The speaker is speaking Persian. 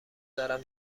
دارم